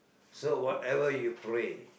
so whatever you pray